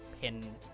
pin